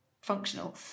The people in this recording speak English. functional